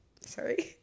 Sorry